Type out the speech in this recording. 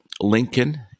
Lincoln